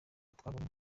twabonye